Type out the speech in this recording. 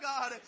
God